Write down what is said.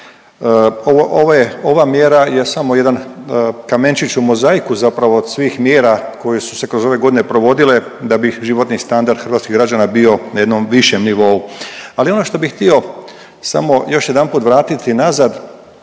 ova mjera je samo jedan kamenčić u mozaiku zapravo od svih mjera koje su se kroz ove godine provodile da bi životni standard hrvatskih građana bio na jednom višem nivou. Ali ono što htio samo još jedanput vratiti nazad,